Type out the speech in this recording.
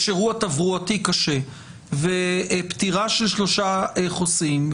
אירוע תברואתי קשה ופטירה של שלושה חוסים,